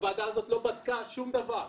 הוועדה הזאת לא בדקה שום דבר,